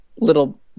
little